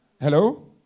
Hello